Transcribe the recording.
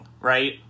right